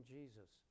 Jesus